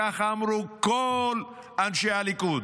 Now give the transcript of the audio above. ככה אמרו כל אנשי הליכוד.